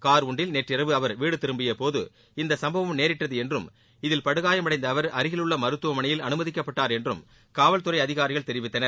car ஒன்றில் நேற்றிரவு அவர் வீடு திரும்பிய போது இந்த சும்பவம் நேரிட்டது என்றும் இதில் படுகாயமடைந்த அவர் அருகிலுள்ள மருத்துவமனையில் அனுமதிக்கப்பட்டார் என்றும் காவல் துறை அதிகாரிகள் தெரிவித்தனர்